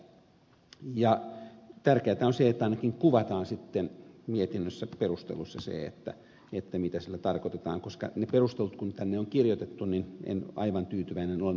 tärkeätä on se että ainakin kuvataan sitten mietinnön perusteluissa se mitä sillä tarkoitetaan koska perustuu kun tänne on kirjoitettu niin en ole aivan tyytyväinen niihin perusteluihin jotka tänne on kirjoitettu